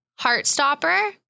Heartstopper